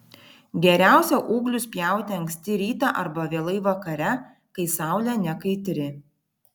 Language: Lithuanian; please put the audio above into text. geriausia ūglius pjauti anksti rytą arba vėlai vakare kai saulė nekaitri